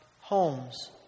homes